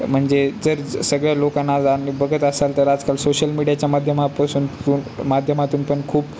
म्हणजे जर सगळ्या लोकांना आज आली बघत असाल तर आजकाल सोशल मीडियाच्या माध्यमापासून माध्यमातूनपण खूप